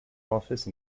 office